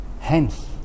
Hence